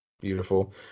Beautiful